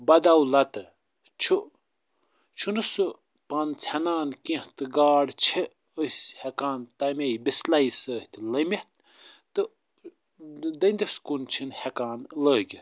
بدولتہٕ چھُ چھُنہٕ سُہ پن ژھینان کیٚنٛہہ تہٕ گاڈ چھِ أسۍ ہٮ۪کان تَمَے بِسلے سۭتۍ لٔمِتھ تہٕ دٔنٛدِس کُن چھِنۍ ہٮ۪کان لٲگِتھ